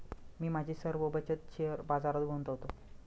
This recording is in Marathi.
मी माझी सर्व बचत शेअर बाजारात गुंतवतो